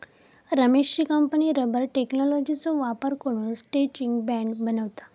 रमेशची कंपनी रबर टेक्नॉलॉजीचो वापर करून स्ट्रैचिंग बँड बनवता